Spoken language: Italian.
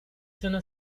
sono